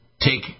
take